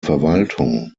verwaltung